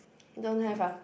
don't have ah